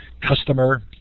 customer